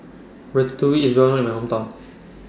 Ratatouille IS Well known in My Hometown